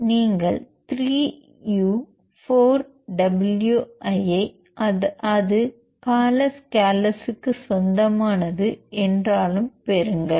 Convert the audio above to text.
நீங்கள் 3 u 4 w ஐ அது காலஸ் காலஸுக்கு சொந்தமானது என்றாலும் பெறுங்கள்